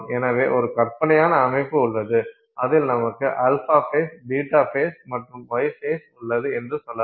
எனவே ஒரு கற்பனையான அமைப்பு உள்ளது அதில் நமக்கு α ஃபேஸ் β ஃபேஸ் மற்றும் γ ஃபேஸ் உள்ளது என்று சொல்லலாம்